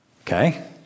Okay